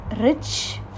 rich